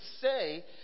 say